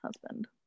husband